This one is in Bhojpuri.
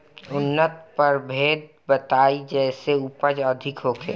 उन्नत प्रभेद बताई जेसे उपज अधिक होखे?